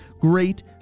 great